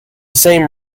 same